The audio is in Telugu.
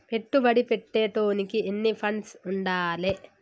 పెట్టుబడి పెట్టేటోనికి ఎన్ని ఫండ్స్ ఉండాలే?